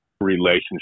relationship